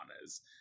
honest